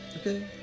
Okay